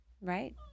Right